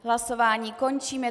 Hlasování končím.